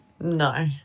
No